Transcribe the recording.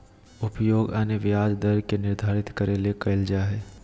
उपयोग अन्य ब्याज दर के निर्धारित करे ले कइल जा हइ